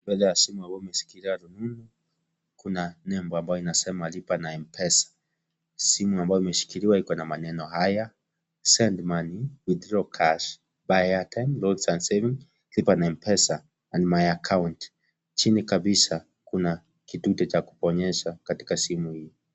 Mbele ya simu ambayo wameshikilia rununu kuna nembo ambayo inasema lipa na (cs)M-pesa(cs),simu ambayo imeshikiliwa iko na maneno haya:(cs)Send money, withdraw cash, buy airtime, loans and savings(cs),lipa na (cs)M-pesa and my account(cs),chini kabisa kuna kidude cha kubonyeza katika simu hii.